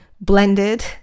blended